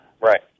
right